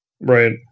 Right